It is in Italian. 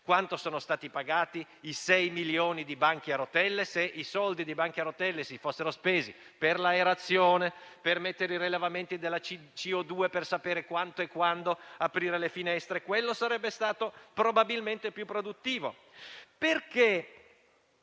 interrogazioni - per 6 milioni di banchi a rotelle? Se i soldi dei banchi a rotelle si fossero spesi per l'aerazione o per mettere i rilevamenti della CO2 per sapere quanto e quando aprire le finestre, sarebbe stato probabilmente più produttivo. Perché